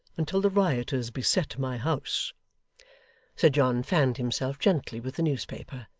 until the rioters beset my house sir john fanned himself gently with the newspaper,